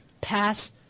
pass